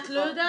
את לא יודעת?